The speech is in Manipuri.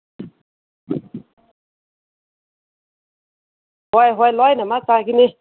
ꯍꯣꯏ ꯍꯣꯏ ꯂꯣꯏꯅꯃꯛ ꯆꯠꯀꯅꯤ